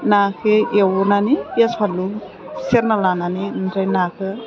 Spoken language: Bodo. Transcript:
नाखो एवनानै पियास फानलु सेरना लानानै ओमफ्राय नाखौ